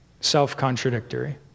self-contradictory